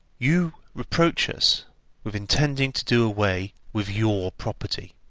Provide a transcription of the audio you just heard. you reproach us with intending to do away with your property.